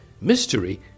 mystery